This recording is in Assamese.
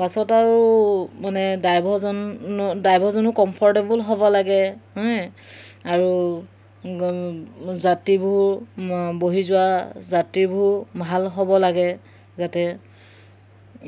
বাছত আৰু মানে ড্ৰাইভাৰজন ড্ৰাইভাৰজনো কমফৰ্টেবুল হ'ব লাগে হে আৰু যাত্ৰীবোৰ বহি যোৱা যাত্ৰীবোৰ ভাল হ'ব লাগে যাতে